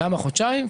למה חודשיים?